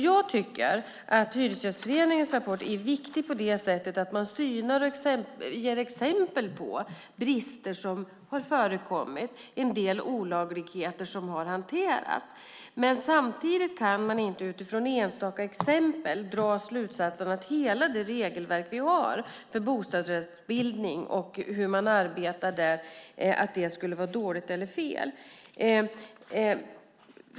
Jag tycker att Hyresgästföreningens rapport är viktig på det sättet att man synar detta och ger exempel på brister som har förekommit och en del olagligheter som har hanterats. Men samtidigt kan man inte utifrån enstaka exempel dra slutsatsen att hela det regelverk vi har för bostadsrättsbildning och hur man arbetar där skulle vara dåligt eller fel.